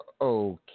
Okay